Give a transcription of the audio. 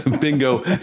Bingo